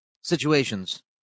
situations